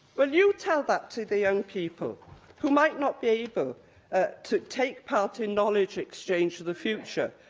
but you tell that to the young people who might not be able ah to take part in knowledge exchange for the future,